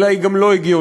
אלא היא גם לא הגיונית.